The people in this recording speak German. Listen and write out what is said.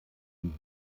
die